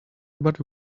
body